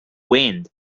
wind